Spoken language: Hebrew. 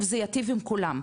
זה יטיב עם כולם,